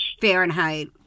Fahrenheit